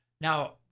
Now